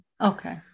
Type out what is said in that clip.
Okay